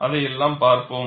அதையெல்லாம் பார்ப்போம்